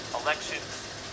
elections